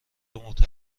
معتبر